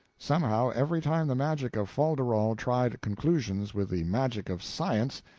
somehow, every time the magic of fol-de-rol tried conclusions with the magic of science,